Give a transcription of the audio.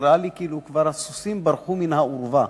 נראה לי כאילו הסוסים כבר ברחו מן האורווה.